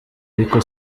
ariko